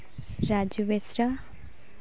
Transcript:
Raju Besra